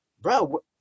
Bro